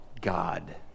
God